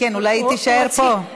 כן, אולי היא תישאר פה.